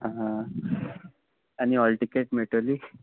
आनी hall ticket मेळटोली